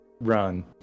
run